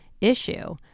issue